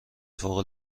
فوق